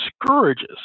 discourages